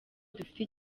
dufite